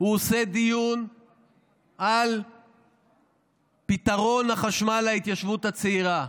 הוא עושה דיון על פתרון בעיית החשמל להתיישבות הצעירה,